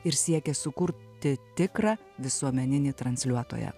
ir siekė sukurti tikrą visuomeninį transliuotoją